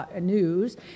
News